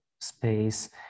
space